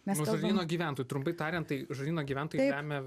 nuo žarnyno gyventojų trumpai tariant tai žarnyno gyventojai lemia